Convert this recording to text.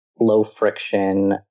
low-friction